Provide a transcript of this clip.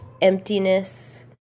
emptiness